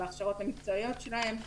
בהכשרות המקצועיות שלהם,